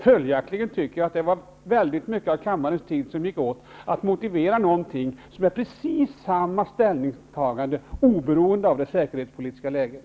Följaktligen tycker jag att det var väldigt mycket av kammarens tid som gick åt till att motivera precis samma ställningstagande, oberoende av det säkerhetspolitiska läget.